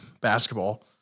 basketball